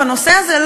בנושא הזה?